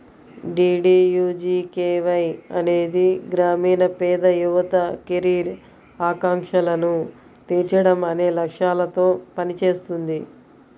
DDUGKY అనేది గ్రామీణ పేద యువత కెరీర్ ఆకాంక్షలను తీర్చడం అనే లక్ష్యాలతో పనిచేస్తుంది